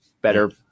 better